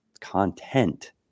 content